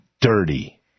dirty